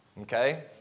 Okay